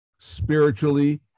Spiritually